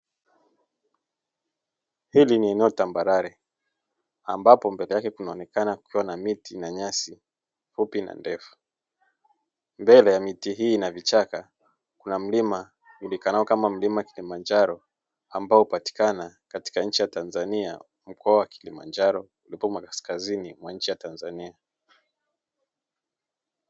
Hili ni eneo tambarare ambapo mbele yake kunaonekana kukiwa na miti na nyasi fupi na ndefu. mbele ya miti hii ina vichaka kuna mlima ujulikanao kama mlima kilimanjaro ambao hupatikana katika nchi ya Tanzania, mkoa wa Kilimanjaro ulipo kaskazini mwa nchi ya Tanzania.